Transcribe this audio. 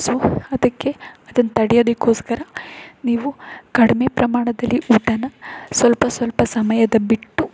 so ಅದಕ್ಕೆ ಅದನ್ನ ತಡ್ಯೋದಕ್ಕೋಸ್ಕರ ನೀವು ಕಡಿಮೆ ಪ್ರಮಾಣದಲ್ಲಿ ಊಟನ ಸ್ವಲ್ಪ ಸ್ವಲ್ಪ ಸಮಯದ ಬಿಟ್ಟು